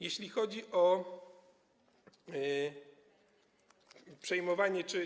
Jeśli chodzi o przejmowanie czy.